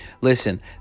listen